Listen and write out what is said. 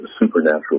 supernatural